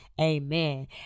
Amen